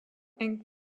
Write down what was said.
and